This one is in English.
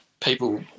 people